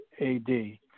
AD